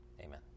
Amen